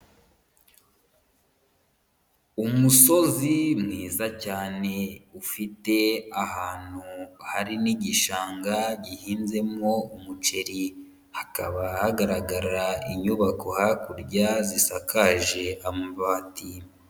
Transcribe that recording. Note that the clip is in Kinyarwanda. Umusozi mwiza cyane ufite ahantu hari n'igishanga gihinzemo umuceri, hakaba hagaragara inyubako hakurya zisakaje amabati.